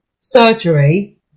surgery